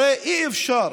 הרי אי-אפשר